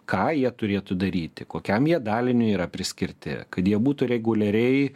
ką jie turėtų daryti kokiam jie daliniui yra priskirti kad jie būtų reguliariai